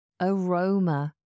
Aroma